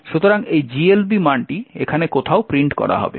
সুতরাং এই GLB মানটি এখানে কোথাও প্রিন্ট করা হবে